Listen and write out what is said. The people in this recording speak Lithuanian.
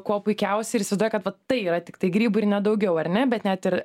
kuo puikiausiai ir įsivaizduoja kad vat tai yra tiktai grybai ir ne daugiau ar ne bet net ir